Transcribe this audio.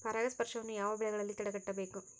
ಪರಾಗಸ್ಪರ್ಶವನ್ನು ಯಾವ ಬೆಳೆಗಳಲ್ಲಿ ತಡೆಗಟ್ಟಬೇಕು?